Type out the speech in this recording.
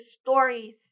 stories